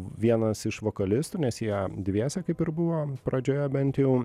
vienas iš vokalistų nes jie dviese kaip ir buvo pradžioje bent jau